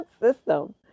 system